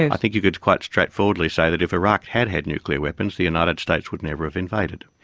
i think you could quite straightforwardly say that if iraq had had nuclear weapons, the united states would never have invaded.